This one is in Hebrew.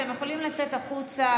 אתם יכולים לצאת החוצה,